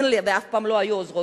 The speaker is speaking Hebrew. אין לי ואף פעם לא היו עוזרות-בית.